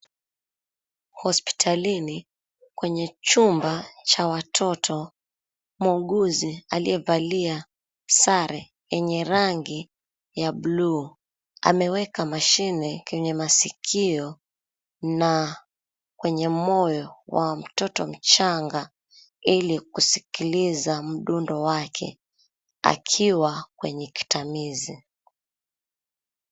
Hospitalini kwenye chumba cha watoto muuguzi aliyevalia sare yenye rangi ya blue ameweka mashine kwenye masikio na kwenye moyo wa mtoto mchanga ili kusikiliza mdundo wake akiwa kwenye kitamizi.